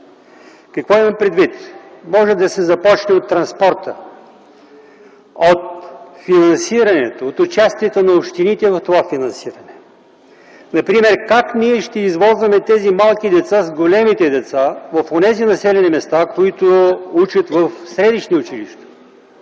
Какво имам предвид? Може да се започне от транспорта, от финансирането, от участията на общините в това финансиране. Например: как ние ще извозваме тези малки деца с големите деца в онези населени места, които учат в средищни училища?